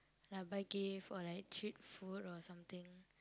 ya buy gifts or like treat food or something